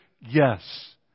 Yes